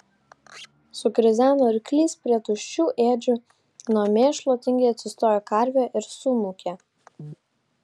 sukrizeno arklys prie tuščių ėdžių nuo mėšlo tingiai atsistojo karvė ir sumūkė